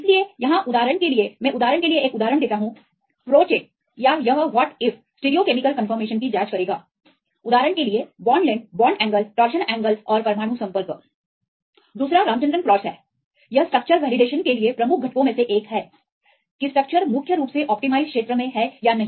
इसलिए यहां उदाहरण के लिए मैं उदाहरण के लिए एक उदाहरण देता हूंProcheck या यह Whatif स्टिरियोकेमिकल कंफर्मेशन की जांच करेगाउदाहरण के लिए bond length bond angle torsion angle और परमाणु संपर्क विभिन्न अमीनो एसिड के बीच उचित संपर्क हो या न हो दूसरा रामचंद्रन प्लॉटस है यह स्ट्रक्चर के मूल्यांकन के लिए प्रमुख घटकों में से एक है कि स्ट्रक्चर मुख्य रूप से अनुमत क्षेत्र में है या नहीं